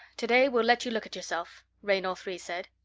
today we'll let you look at yourself, raynor three said.